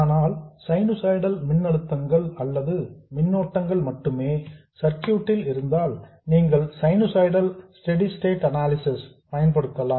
ஆனால் சைனுசாய்டல் மின்அழுத்தங்கள் அல்லது மின்னோட்டங்கள் மட்டுமே சர்க்யூட் ல் இருந்தால் நீங்கள் சைனுசாய்டல் ஸ்டெடி ஸ்டேட் அனாலிசிஸ் பயன்படுத்தலாம்